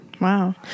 Wow